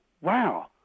wow